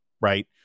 right